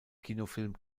kinofilm